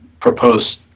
proposed